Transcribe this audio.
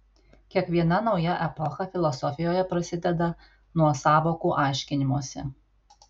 kiekviena nauja epocha filosofijoje prasideda nuo sąvokų aiškinimosi